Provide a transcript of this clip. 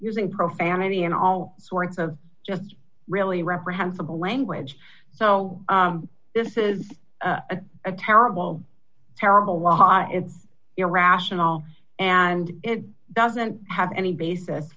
using profanity and all sorts of just really reprehensible language so this is a terrible terrible law it's irrational and it doesn't have any basis